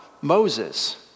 Moses